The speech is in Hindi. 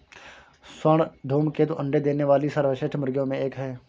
स्वर्ण धूमकेतु अंडे देने वाली सर्वश्रेष्ठ मुर्गियों में एक है